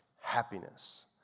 happiness